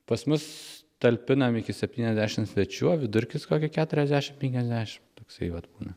pas mus talpinami iki septyniasdešimt svečių o vidurkis kokie keturiasdešimt penkiasdešimt toksai vat būna